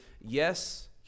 yes